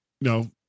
no